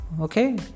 okay